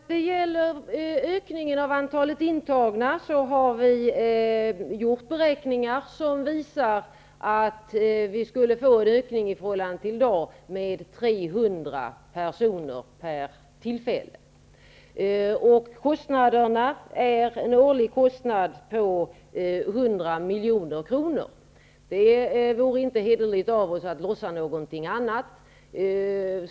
Herr talman! När det gäller ökningen av antalet intagna har vi gjort beräkningar som visar att det sker en ökning i förhållande till i dag med 300 personer per tillfälle. Det blir en årlig kostnad på 100 milj.kr. Det vore inte hederligt av oss att låtsas någonting annat.